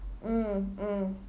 mm mm